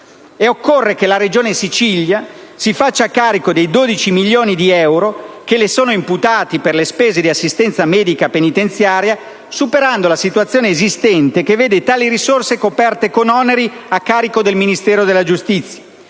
Occorre che la Regione Siciliana si faccia carico dei 12 milioni di euro che le sono imputati per le spese di assistenza medica penitenziaria, superando la situazione esistente che vede tali risorse coperte con oneri a carico del Ministero della giustizia.